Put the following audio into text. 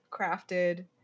crafted